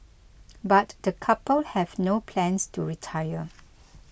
but the couple have no plans to retire